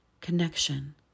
connection